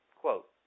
Quote